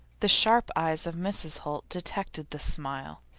the sharp eyes of mrs. holt detected the smile.